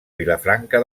vilafranca